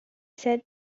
said